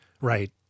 right